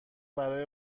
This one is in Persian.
برای